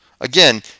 Again